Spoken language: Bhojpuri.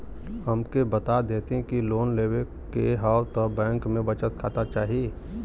हमके बता देती की लोन लेवे के हव त बैंक में बचत खाता चाही?